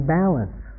balance